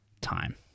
time